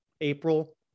april